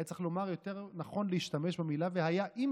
היה יותר נכון להשתמש במילים "והיה אם